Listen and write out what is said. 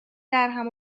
درهم